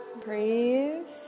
Breathe